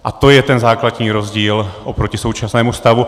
A to je ten základní rozdíl oproti současnému stavu.